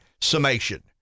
summation